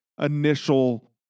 initial